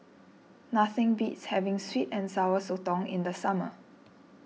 nothing beats having Sweet and Sour Sotong in the summer